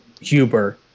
Huber